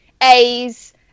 A's